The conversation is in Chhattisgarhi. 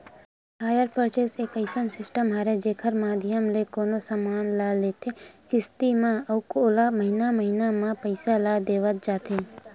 हायर परचेंस एक अइसन सिस्टम हरय जेखर माधियम ले कोनो समान ल लेथे किस्ती म अउ ओला महिना महिना म पइसा ल देवत जाथे